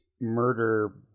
murder